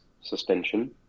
suspension